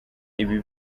ibi